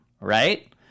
right